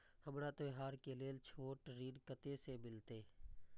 हमरा त्योहार के लेल छोट ऋण कते से मिलते?